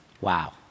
wow